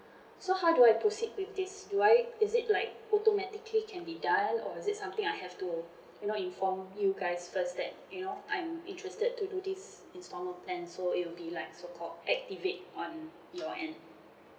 so how do I proceed with this do I is it like automatically can be done or is it something I have to you know inform you guys first that you know I'm interested to do this instalment plan so it will be like so called activate on your end